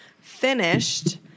finished